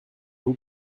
vous